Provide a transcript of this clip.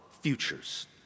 futures